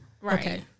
Right